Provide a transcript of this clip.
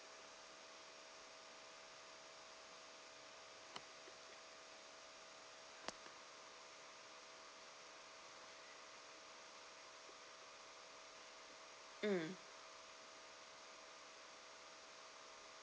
mm